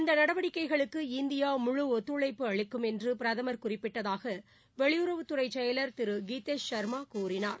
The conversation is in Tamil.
இந்த நடவடிக்கைகளுக்கு இந்தியா முழு ஒத்துழைப்பு அளிக்கும் என்று பிரதமா் குறிப்பிட்டதாக வெளியுறவுத்துறை செயலர் திரு கீதேஷ் சர்மா கூறினார்